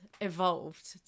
evolved